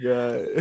God